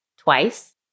Twice